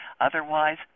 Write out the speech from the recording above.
Otherwise